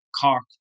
Cork